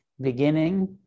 beginning